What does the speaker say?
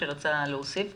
לתקנה 3?